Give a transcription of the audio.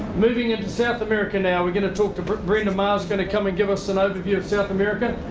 moving into south america now we're going to talk to but brendon mahar who's going to come and give us an overview of south america